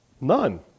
None